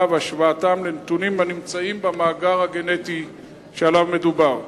והשוואתה לנתונים הנמצאים במאגר הגנטי שמדובר עליו.